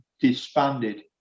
disbanded